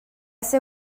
ser